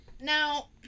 Now